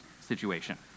situation